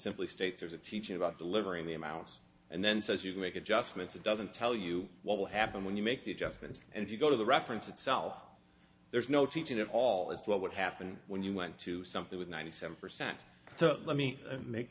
simply states there's a teaching about delivering the amounts and then says you can make adjustments it doesn't tell you what will happen when you make the adjustments and if you go to the reference itself there's no teaching at all as to what would happen when you went to something with ninety seven percent so let me make